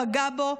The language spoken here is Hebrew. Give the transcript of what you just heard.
פגע בו,